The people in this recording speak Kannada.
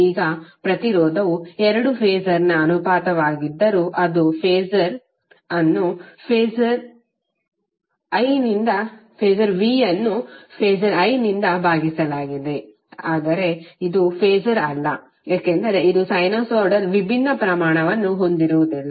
ಈಗ ಪ್ರತಿರೋಧವು ಎರಡು ಫಾಸರ್ನ ಅನುಪಾತವಾಗಿದ್ದರೂ ಅದು ಫಾಸರ್ V ಅನ್ನು ಫಾಸರ್ I ನಿಂದ ಭಾಗಿಸಲಾಗಿದೆ ಆದರೆ ಇದು ಫಾಸರ್ ಅಲ್ಲ ಏಕೆಂದರೆ ಇದು ಸೈನುಸಾಯಿಡಲ್ ವಿಭಿನ್ನ ಪ್ರಮಾಣವನ್ನು ಹೊಂದಿರುವುದಿಲ್ಲ